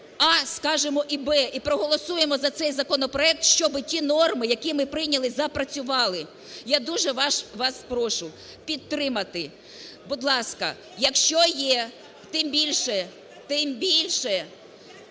"а" скажемо і "б", і проголосуємо за цей законопроект. Щоб ті норми, які ми прийняли, запрацювали. Я дуже вас прошу підтримати, будь ласка. Якщо є, тим більше, тим більше,